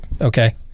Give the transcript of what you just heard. Okay